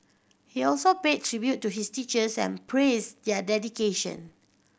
he also paid tribute to his teachers and praised their dedication